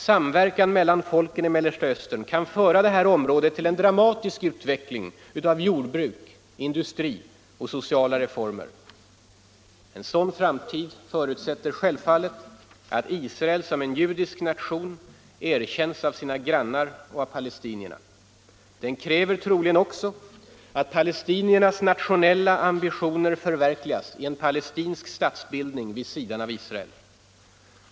Samverkan mellan folken i Mellersta Östern kan föra området till en dramatisk utveckling 51 av jordbruk, industri och sociala reformer. En sådan framtid förutsätter självfallet att Israel som en judisk nation erkänns av sina grannar och av palestinierna. Den kräver troligen också att palestiniernas nationella ambitioner förverkligas i en palestinsk statsbildning vid sidan av Israel.